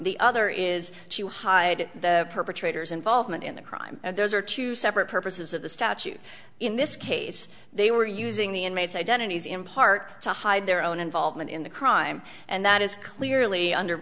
the other is to hide the perpetrators involvement in the crime those are two separate purposes of the statute in this case they were using the inmates identities in part to hide their own involvement in the crime and that is clearly under